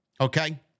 okay